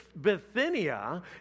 Bithynia